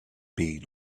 been